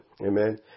Amen